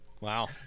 wow